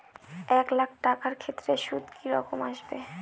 এক লাখ টাকার ক্ষেত্রে সুদ কি রকম আসবে?